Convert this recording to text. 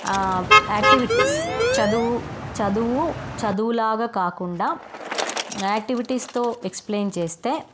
activities చదువు చదువు చదువులా కాకుండా యాక్టివిటీస్తో ఎక్స్ప్లెయిన్ చేస్తే